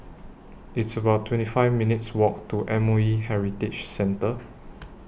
It's about twenty five minutes' Walk to M O E Heritage Centre